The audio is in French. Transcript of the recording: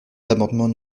l’amendement